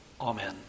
Amen